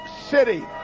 city